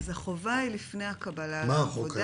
החובה היא לפני הקבלה לעבודה,